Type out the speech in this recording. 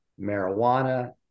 marijuana